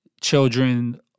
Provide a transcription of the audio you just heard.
children